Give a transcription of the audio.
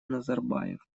назарбаев